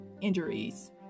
injuries